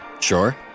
Sure